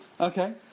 Okay